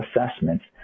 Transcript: assessments